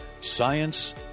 science